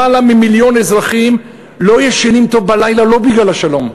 יותר ממיליון אזרחים לא ישנים טוב בלילה לא בגלל השלום,